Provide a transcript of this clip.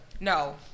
No